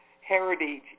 heritage